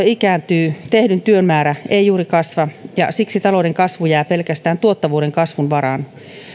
ikääntyy tehdyn työn määrä ei juuri kasva ja siksi talouden kasvu jää pelkästään tuottavuuden kasvun varaan